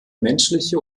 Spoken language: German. menschliche